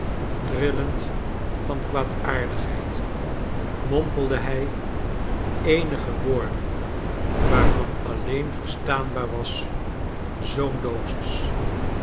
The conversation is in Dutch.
trillend van kwaadaardigheid mompelde hij eenige woorden waarvan alleen verstaanbaar was zoo'n dosis